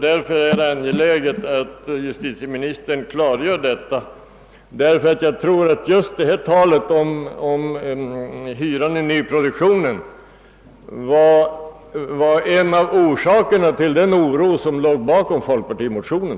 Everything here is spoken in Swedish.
Därför är det angeläget att justitieministern lämnar ett klargörande, ty jag tror att just talet om hur hyran i nyproduktionen skulle beaktas i fråga om det äldre bostadsbeståndet var en av orsakerna till den oro som låg bakom folkpartimotionen.